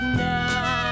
now